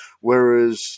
whereas